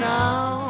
now